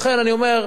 לכן אני אומר,